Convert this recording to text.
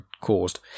caused